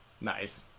Nice